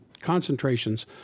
concentrations